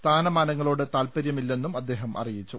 സ്ഥാനമാനങ്ങളോട് താത്പര്യമില്ലെന്നും അദ്ദേഹം അറി യിച്ചു